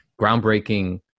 groundbreaking